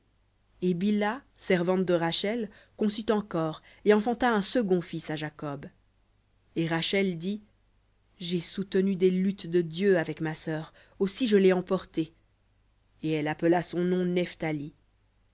et bilha servante de rachel conçut encore et enfanta un second fils à jacob et rachel dit j'ai soutenu des luttes de dieu avec ma sœur aussi je l'ai emporté et elle appela son nom